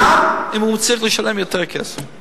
גם אם הוא צריך לשלם יותר כסף,